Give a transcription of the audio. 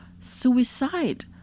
suicide